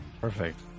Perfect